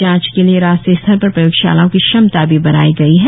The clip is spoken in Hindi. जांच के लिए राष्ट्रीय स्तर पर प्रयोगशालाओं की क्षमता भी बढाई गई है